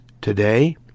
Today